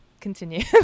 continue